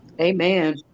amen